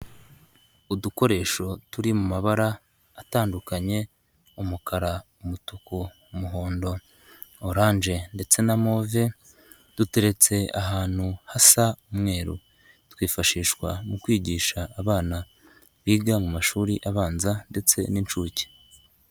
Udukoresho turi mu mabara atandukanye, umukara, umutuku, umuhondo, oranje ndetse na move, duteretse ahantu hasa umweru, twifashishwa mu kwigisha abana biga mu mashuri abanza ndetse n'incuke.